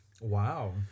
Wow